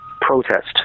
protest